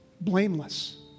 blameless